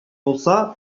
булса